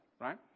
right